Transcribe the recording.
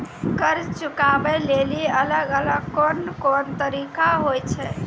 कर्जा चुकाबै लेली अलग अलग कोन कोन तरिका होय छै?